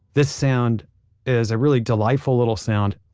this sound is a really delightful little sound.